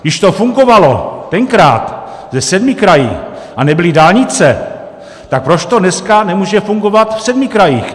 Když to fungovalo tenkrát se sedmi kraji a nebyly dálnice, tak proč to dneska nemůže fungovat v sedmi krajích?